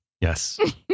yes